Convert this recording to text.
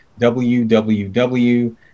www